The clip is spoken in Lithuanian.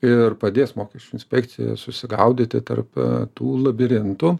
ir padės mokesčių inspekcija susigaudyti tarp tų labirintų